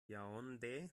yaoundé